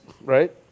right